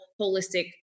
holistic